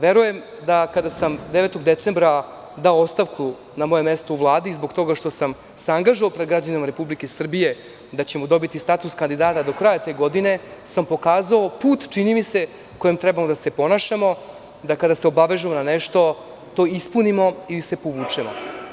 Verujem da, kada sam 9. decembra dao ostavku na moje mesto u Vlade zbog toga što sam se angažovao pred građanima Republike Srbije da ćemo dobiti status kandidata do kraja te godine, sam pokazao put, čini mi se, kojim treba da se ponašamo, da kada se obavežemo na nešto, to i ispunimo ili se povučemo.